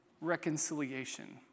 reconciliation